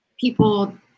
people